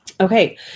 okay